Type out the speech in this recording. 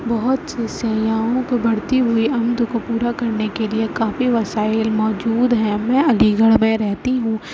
بہت سی سیاحوں کی بڑھتی ہوئی عمد کو پورا کرنے لیے کافی وسائل موجود ہیں میں علی گڑھ میں رہتی ہوں